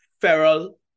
feral